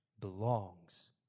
belongs